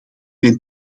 ben